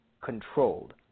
controlled